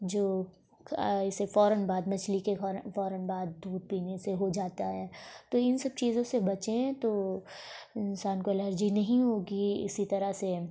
جو اسے فوراً بعد مچھلی کے فوراً بعد دودھ پینے سے ہوجاتا ہے تو ان سب چیزوں سے بچیں تو انسان کو الرجی نہیں ہوگی اسی طرح سے